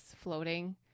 floating